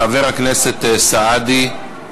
חבר הכנסת סעדי,